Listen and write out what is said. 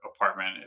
apartment